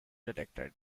detected